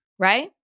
Right